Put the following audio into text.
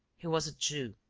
he was a jew,